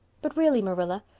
but really, marilla,